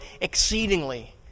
exceedingly